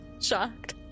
shocked